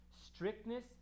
strictness